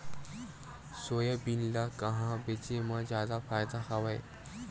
Soybean ल कहां बेचे म जादा फ़ायदा हवय?